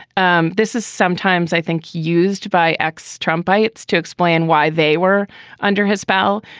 um this is sometimes, i think, used by ex trump by its to explain why they were under his spell.